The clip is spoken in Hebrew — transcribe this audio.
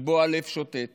שבו הלב שותת